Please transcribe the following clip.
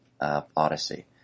odyssey